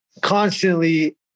constantly